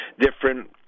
different